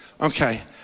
Okay